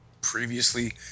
previously